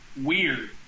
weird